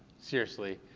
seriously,